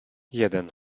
jeden